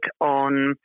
on